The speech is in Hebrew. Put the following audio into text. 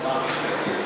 אני אשמח אם תגיד לי.